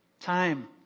Time